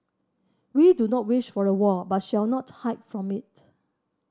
we do not wish for a war but shall not hide from it